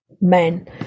Men